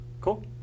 Cool